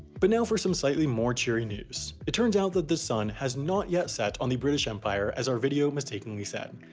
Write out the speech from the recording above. but now for some slightly more cheery news it turns out that the sun has not yet set on the british empire as our video mistakingly said.